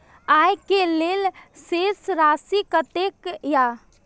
आय के लेल शेष राशि कतेक या?